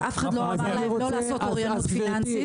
אף אחד לא אמר להם לא לעשות אוריינות פיננסית.